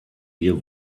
wir